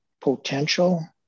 potential